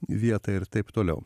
vietą ir taip toliau